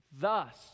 Thus